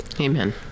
Amen